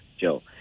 Joe